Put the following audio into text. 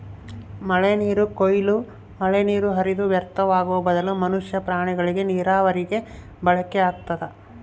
ಮಳೆನೀರು ಕೊಯ್ಲು ಮಳೆನೀರು ಹರಿದು ವ್ಯರ್ಥವಾಗುವ ಬದಲು ಮನುಷ್ಯ ಪ್ರಾಣಿಗಳಿಗೆ ನೀರಾವರಿಗೆ ಬಳಕೆಯಾಗ್ತದ